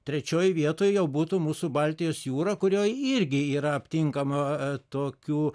trečioj vietoj jau būtų mūsų baltijos jūra kurioj irgi yra aptinkama tokių